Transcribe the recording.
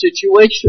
situation